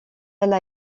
elles